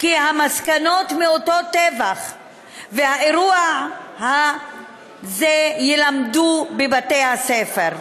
כי המסקנות מאותו טבח והאירוע הזה יילמדו בבתי הספר,